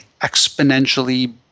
exponentially